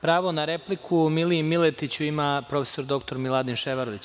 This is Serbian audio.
Pravo na repliku Miliji Miletiću ima, prof. dr Miladin Ševarlić.